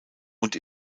und